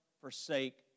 forsake